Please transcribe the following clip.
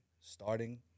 starting